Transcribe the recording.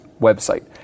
website